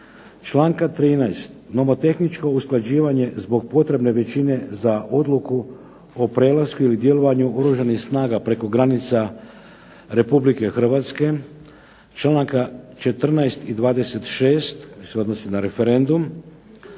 13. nomotehničko usklađivanja zbog potrebne većine za odluku o prelasku ili djelovanju Oružanih snaga preko granica Republike Hrvatske,